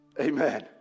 Amen